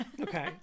Okay